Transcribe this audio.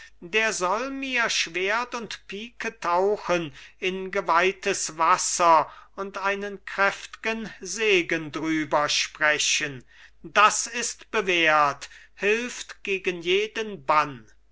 der soll mir schwert und pike tauchen in geweihtes wasser und einen kräftgen segen drüber sprechen das ist bewährt hilft gegen jeden bann